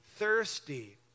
thirsty